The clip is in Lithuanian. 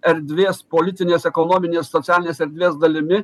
erdvės politinės ekonominės socialinės erdvės dalimi